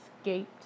escaped